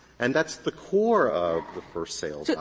and that's the core of the first-sale yeah